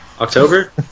October